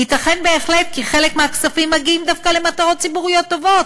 ייתכן בהחלט כי חלק מהכספים מגיעים דווקא למטרות ציבוריות טובות,